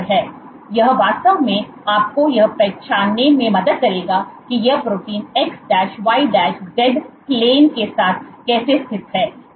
यह वास्तव में आपको यह पहचानने में मदद करेगा कि ये protein x y z plane के साथ कैसे स्थित हैं